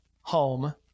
home